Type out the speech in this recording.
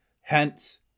hence